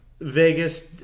Vegas